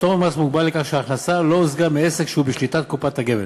הפטור ממס מוגבל לכך שההכנסה לא הושגה מעסק שהוא בשליטת קופת הגמל.